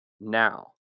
now